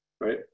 right